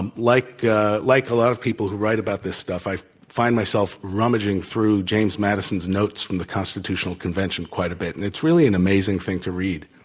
and like like a lot of people who write about this stuff, i find myself rummaging through james madison's notes from the constitutional convention quite a bit. and it's really an amazing thing to read.